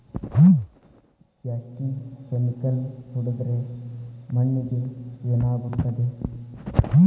ಜಾಸ್ತಿ ಕೆಮಿಕಲ್ ಹೊಡೆದ್ರ ಮಣ್ಣಿಗೆ ಏನಾಗುತ್ತದೆ?